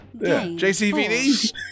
JCVD